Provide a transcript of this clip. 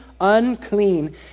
unclean